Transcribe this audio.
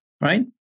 right